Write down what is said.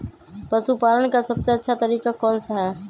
पशु पालन का सबसे अच्छा तरीका कौन सा हैँ?